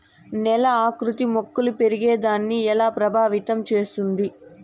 నేల ఆకృతి మొక్కలు పెరిగేదాన్ని ఎలా ప్రభావితం చేస్తుంది?